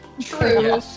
True